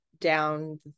down